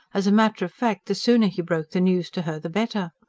as a matter of fact, the sooner he broke the news to her the better.